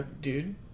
Dude